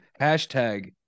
Hashtag